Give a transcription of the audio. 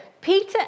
Peter